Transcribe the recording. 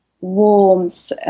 warmth